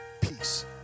peace